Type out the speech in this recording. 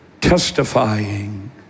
testifying